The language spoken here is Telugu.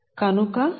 కనుకλ117